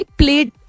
played